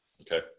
Okay